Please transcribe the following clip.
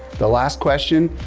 the last question,